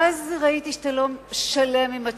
מה-זה ראיתי שאתה לא שלם עם התשובה,